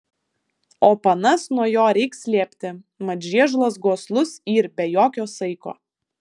o panas nuo jo reik slėpti mat žiežulas goslus yr be jokio saiko